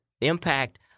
impact